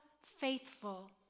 faithful